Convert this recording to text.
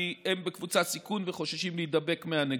כי הם בקבוצת סיכון וחוששים להידבק מהנגיף.